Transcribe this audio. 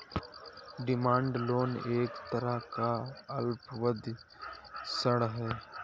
demand loan एक तरह का अल्पावधि ऋण है